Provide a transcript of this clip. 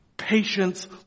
patience